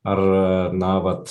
ar na vat